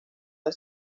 del